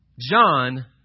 John